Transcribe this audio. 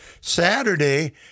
Saturday